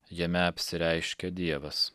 jame apsireiškia dievas